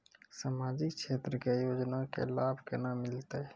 समाजिक क्षेत्र के योजना के लाभ केना मिलतै?